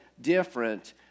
different